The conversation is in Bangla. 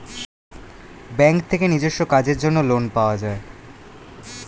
ব্যাঙ্ক থেকে নিজস্ব কাজের জন্য লোন পাওয়া যায়